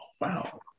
Wow